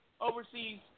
overseas